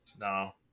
No